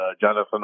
Jonathan